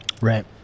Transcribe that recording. Right